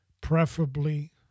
preferably